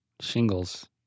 Shingles